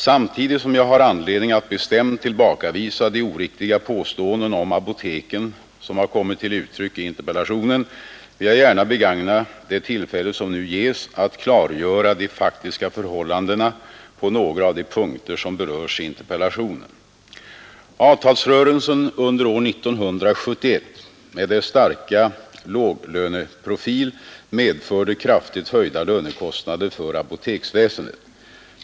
Samtidigt som jag har anledning att bestämt tillbakavisa de oriktiga påståenden om apoteken som har kommit till uttryck i interpellationen vill jag gärna begagna det tillfälle som nu ges att klargöra de faktiska förhållandena på några av de punkter som berörs i interpellationen. Avtalsrörelsen under år 1971 med dess starka låglöneprofil medförde kraftigt höjda lönekostnader för apoteksväsendet.